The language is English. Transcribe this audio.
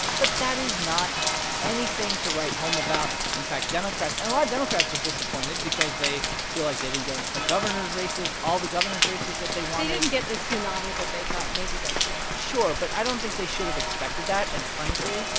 but that is not anything to write home about. in fact, democrats and a lot of democrats are disappointed because they feel like they didn't get the governors' races all the governors' races that they wanted they didn't get the tsunami that they thought maybe they could sure, but i don't think they should've expected that. and frankly,